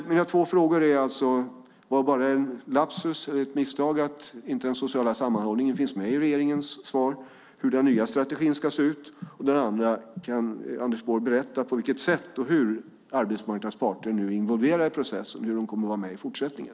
Mina två frågor är alltså: Var det bara en lapsus eller ett misstag att den sociala sammanhållningen inte finns med i regeringens svar om hur den nya strategin ska se ut? Och kan Anders Borg berätta på vilket sätt arbetsmarknadens parter nu är involverade i processen och hur de kommer att vara med i fortsättningen?